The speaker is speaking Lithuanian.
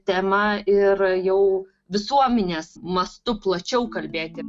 tema ir jau visuomenės mastu plačiau kalbėti